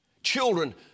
Children